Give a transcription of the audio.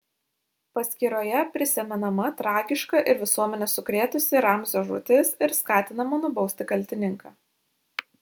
paskyroje prisimenama tragiška ir visuomenę sukrėtusi ramzio žūtis ir skatinama nubausti kaltininką